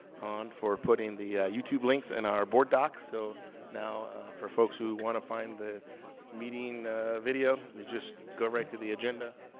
hann for putting the youtube links in and our board docs. so now for folks who want to find the meeting video, you just go right to the agenda,